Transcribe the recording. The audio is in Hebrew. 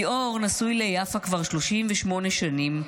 ליאור נשוי ליפה כבר 38 שנים,